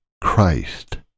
Christ